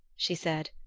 she said,